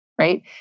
right